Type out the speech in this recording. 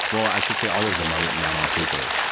well i should say all of them are written down on paper,